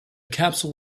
capsule